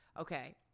okay